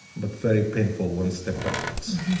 but very painful one step backwards.